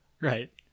Right